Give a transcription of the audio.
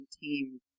team